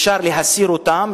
אפשר להסיר אותן,